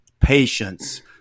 patience